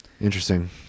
interesting